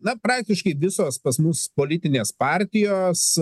na praktiškai visos pas mus politinės partijos